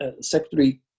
secretary